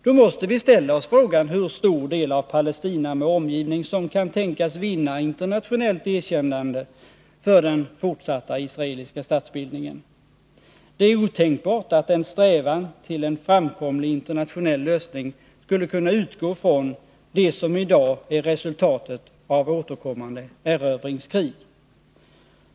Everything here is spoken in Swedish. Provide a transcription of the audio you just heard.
Då måste vi ställa oss frågan, hur stor del av Palestina med omgivning som kan tänkas vinna internationellt erkännande för den fortsatta israeliska statsbildningen. Det är otänkbart att en strävan till en framkomlig internationell lösning skulle kunna utgå från det som i dag är resultatet av återkommande erövringskrig.